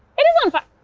it is on fire!